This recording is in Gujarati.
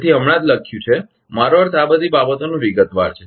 તેથી હમણાં જ લખ્યું છે મારો અર્થ આ બધી બાબતોનો વિગતવાર છે